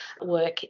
work